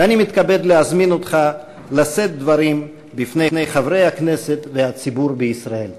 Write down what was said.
ואני מתכבד להזמין אותך לשאת דברים לפני חברי הכנסת והציבור בישראל.